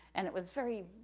and it was very,